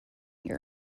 your